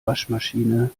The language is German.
waschmaschine